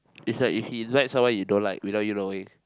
is like if he invite someone you don't like without you knowing